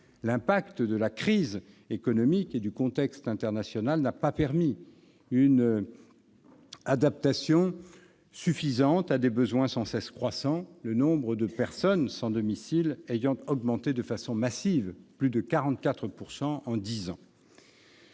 effets de la crise économique dans un contexte international difficile n'ont pas permis une adaptation suffisante à des besoins sans cesse croissants. Le nombre de personnes sans domicile a augmenté de façon massive : 44 % en dix ans.